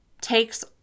takes